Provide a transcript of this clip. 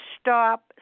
stop